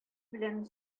белән